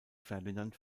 ferdinand